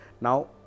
Now